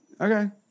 okay